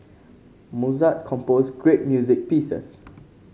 Mozart composed great music pieces